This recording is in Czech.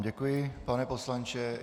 Děkuji vám, pane poslanče.